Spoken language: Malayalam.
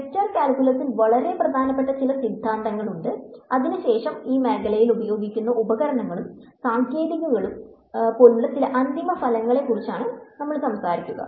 വെക്റ്റർ കാൽക്കുലസിൽ വളരെ പ്രധാനപ്പെട്ട ചില സിദ്ധാന്തങ്ങളുണ്ട് അതിനുശേഷം ഈ മേഖലയിൽ ഉപയോഗിക്കുന്ന ഉപകരണങ്ങളും സാങ്കേതികതകളും പോലുള്ള ചില അന്തിമഫലങ്ങളെക്കുറിച്ച് നമ്മൾ സംസാരിക്കും